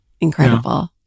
incredible